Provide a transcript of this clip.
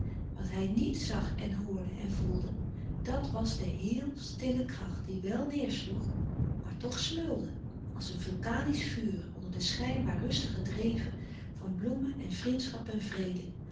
wat hij niet zag en hoorde en voelde dat was de heel stille kracht die wel neêrsloeg maar toch smeulde als een vulkanisch vuur onder de schijnbaar rustige dreven van bloemen en vriendschap en vrede